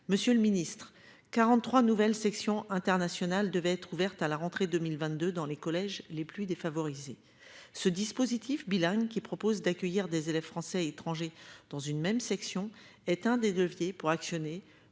Monsieur le Ministre, 43 nouvelles sections internationales devait être ouverte à la rentrée 2022 dans les collèges les plus défavorisés. Ce dispositif bilingue qui propose d'accueillir des élèves français et étrangers dans une même section est un des deviez pour actionner